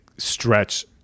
stretch